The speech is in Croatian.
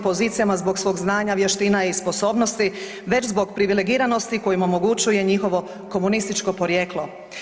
pozicijama zbog svog znanja, vještina i sposobnosti već zbog privilegiranosti koje im omogućuje njihovo komunističko porijeklo.